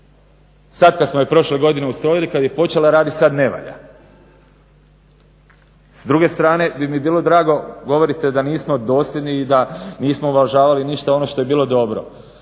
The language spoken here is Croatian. sad kad smo je prošle godine ustrojili, kad je počela radit sad ne valja. S druge strane bi mi bilo drago, govorite da nismo dosljedni i da nismo uvažavali ništa ono što je bilo dobro,